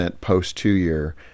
post-two-year